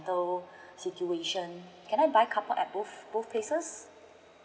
those situation can I buy car park at both both places